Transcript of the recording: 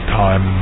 time